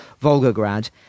Volgograd